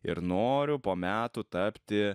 ir noriu po metų tapti